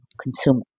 consumer